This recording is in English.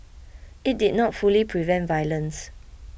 it did not fully prevent violence